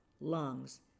lungs